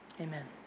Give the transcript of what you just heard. Amen